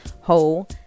whole